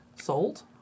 Salt